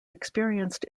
experienced